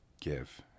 give